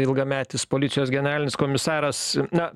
ilgametis policijos generalinis komisaras na